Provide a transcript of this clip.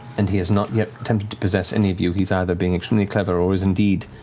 and he has not yet attempted to possess any of you, he's either being extremely clever or he's indeed